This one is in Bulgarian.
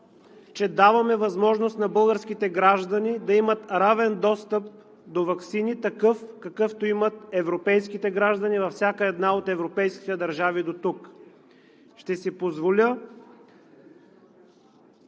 че даваме възможност на българските граждани да имат равен достъп до ваксини, какъвто имат европейските граждани във всяка една от европейските държави дотук. Ще си позволя